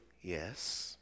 yes